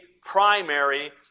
primary